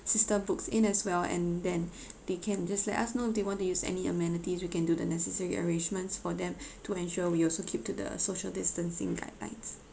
sister books in as well and then they can just let us know if they want to use any amenities we can do the necessary arrangements for them to ensure we also keep to the social distancing guidelines